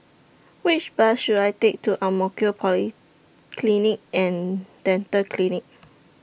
Which Bus should I Take to Ang Mo Kio Polyclinic and Dental Clinic